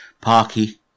Parky